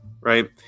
right